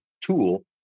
tool